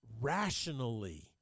rationally